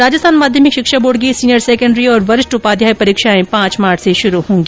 राजस्थान माध्यमिक शिक्षा बोर्ड की सीनियर सैकेण्डरी और वरिष्ठ उपाध्याय परीक्षाएं पांच मार्च से शुरू होंगी